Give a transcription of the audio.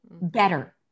better